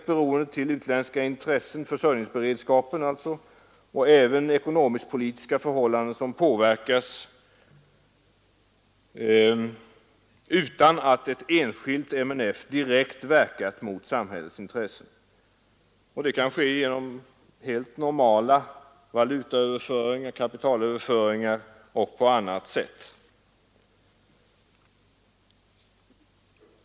Beroendet av utländska intressen, dvs. för försörjningsberedskapen, och beroende av multinationella företag, även den ekonomiska politiken påverkas utan att ett enskilt multinationellt företag direkt verkat mot samhällets intressen. Det kan ske genom helt normala kapitalöverföringar eller på annat sätt.